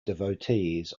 devotees